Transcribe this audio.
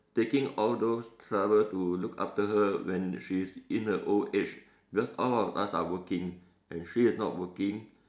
taking all those trouble to look after her when she is in her old age because all of us are working and she is not working